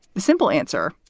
the simple answer,